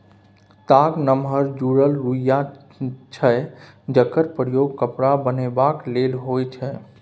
ताग नमहर जुरल रुइया छै जकर प्रयोग कपड़ा बनेबाक लेल होइ छै